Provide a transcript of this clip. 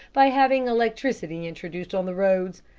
by having electricity introduced on the roads.